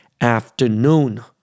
afternoon